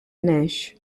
nash